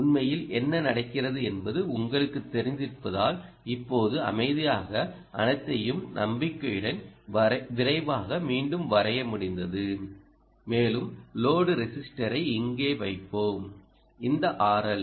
உண்மையில் என்ன நடக்கிறது என்பது உங்களுக்குத் தெரிந்திருப்பதால் இப்போது அமைதியாக அனைத்தையும் நம்பிக்கையுடன் விரைவாக மீண்டும் வரைய முடிந்தது மேலும் லோடு ரெஸிஸ்டரை இங்கே வைப்போம் இந்த RL